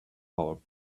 our